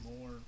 more